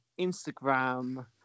Instagram